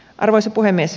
arvoisa puhemies